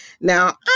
Now